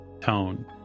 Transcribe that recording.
tone